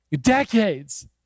decades